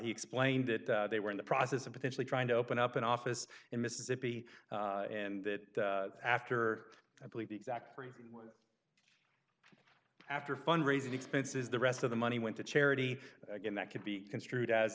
he explained that they were in the process of potentially trying to open up an office in mississippi and that after i believe exactly after fundraising expenses the rest of the money went to charity again that could be construed as